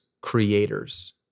creators